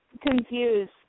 confused